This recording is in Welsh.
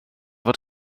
fod